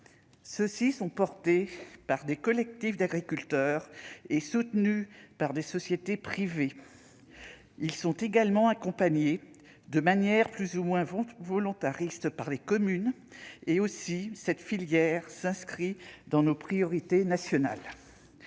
projets sont portés par des collectifs d'agriculteurs et soutenus par des sociétés privées. Ils sont également accompagnés, de manière plus ou moins volontariste, par les communes. Cette filière s'inscrit donc dans nos priorités nationales,